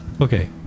Okay